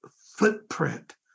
footprint